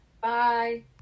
Bye